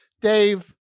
Dave